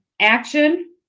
action